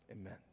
amen